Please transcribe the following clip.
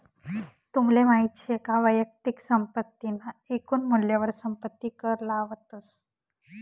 तुमले माहित शे का वैयक्तिक संपत्ती ना एकून मूल्यवर संपत्ती कर लावतस